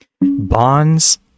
bonds